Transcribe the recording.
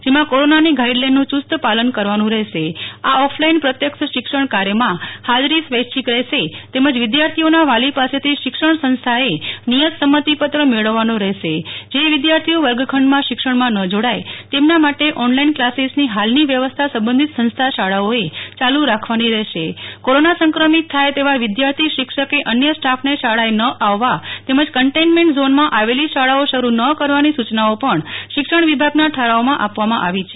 જેમાં કોરોનાની ગાઈડલાઈનનું યુસ્ત પાલન કરવાનું રહેશે આ ઓફલાઈન પ્રત્યક્ષ શિક્ષણ કાર્યમાં હાજરી સ્વૈચ્છિક રહેશે તેમજ વિદ્યાર્થીઓના વાલી પાસેથી શિક્ષણ સંસ્થાએ નિયત સંમતિપત્ર મેળવવાનો રહેશેજે વિદ્યાર્થીઓ વર્ગખંડમાં શિક્ષણમાં ન જોડાય તેમના માટે ઓનલાઇન ક્લાસિસની હાલની વ્યવસ્થા સંબંધિત સંસ્થા શાળાઓએ ચાલુ રાખવાની રહેશે કોરોના સંક્રમિત થાય તેવા વિદ્યાર્થી શિક્ષક કે અન્ય સ્ટાફને શાળાએ ન આવવા તેમજ કન્ટેનમેન્ટ ઝોનમાં આવેલી શાળાઓ શરૂ ન કરવાની સૂ ચનાઓ પણ શિક્ષણ વિભાગના ઠરાવમાં આપવામાં આવી છે